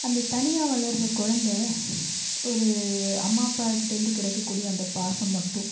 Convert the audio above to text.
அந்த தனியாக வளர்ற குழந்த ஒரு அம்மா அப்பாக்கிட்டேந்து கிடைக்கக்கூடிய அந்த பாசம் மட்டும்